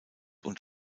und